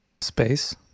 space